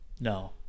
No